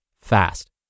fast